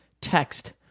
text